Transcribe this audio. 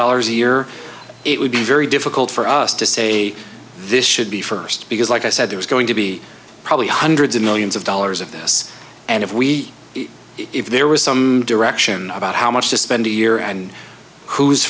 dollars a year it would be very difficult for us to say this should be first because like i said there was going to be probably hundreds of millions of dollars of this and if we if there was some direction about how much to spend a year and who's